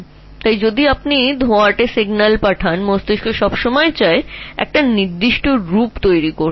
সুতরাং যদি তুমি অস্পষ্ট সংকেত দাও তবুও মস্তিষ্ক সর্বদা একটি নির্দিষ্ট জিনিস গঠনের চেষ্টা করবে